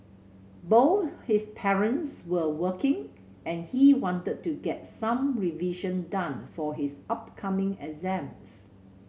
both his parents were working and he wanted to get some revision done for his upcoming exams